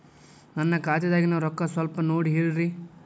ನನ್ನ ಖಾತೆದಾಗಿನ ರೊಕ್ಕ ಸ್ವಲ್ಪ ನೋಡಿ ಹೇಳ್ರಿ